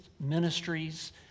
ministries